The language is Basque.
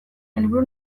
helburu